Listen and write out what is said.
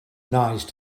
nice